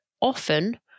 often